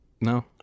No